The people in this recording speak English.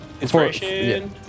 inspiration